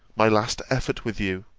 my last effort with you.